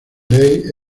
rey